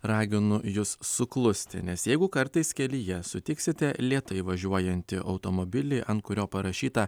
raginu jus suklusti nes jeigu kartais kelyje sutiksite lėtai važiuojantį automobilį ant kurio parašyta